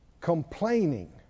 Complaining